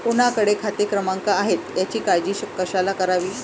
कोणाकडे खाते क्रमांक आहेत याची काळजी कशाला करावी